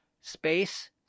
space